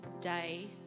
day